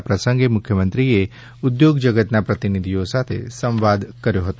આ પ્રસંગે મુખ્યમંત્રીએ ઉદ્યોગ જગતના પ્રતિનિધીઓ સાથે સંવાદ કર્યો હતો